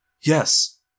Yes